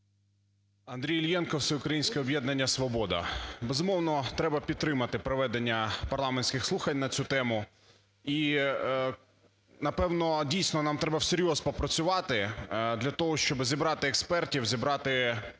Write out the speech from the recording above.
Андрій Іллєнко, Всеукраїнське об'єднання "Свобода". Безумовно, треба підтримати проведення парламентських слухань на цю тему і, напевно, дійсно нам треба всерйоз попрацювати для того, щоби зібрати експертів, зібрати